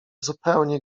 zupełnie